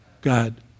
God